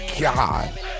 God